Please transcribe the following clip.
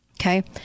okay